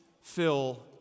fill